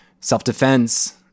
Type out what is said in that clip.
self-defense